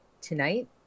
Tonight